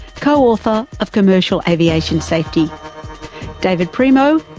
co-author of commercial aviation safety david primo,